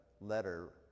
letter